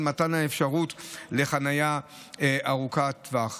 על מתן האפשרות של חניה ארוכת טווח.